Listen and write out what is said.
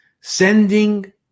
sending